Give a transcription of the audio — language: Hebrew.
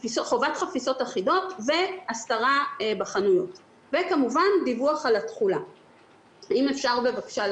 והוא יודע, במקרה שיש בעל